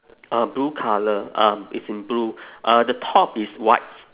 uh blue colour um it's in blue uh the top is white